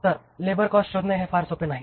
तर labour cost शोधणे हे फार सोपे नाही